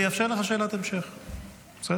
אני אאפשר לך שאלת המשך, בסדר?